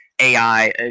AI